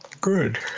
Good